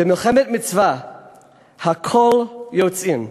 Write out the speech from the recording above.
במלחמת מצווה הכול יוצאין.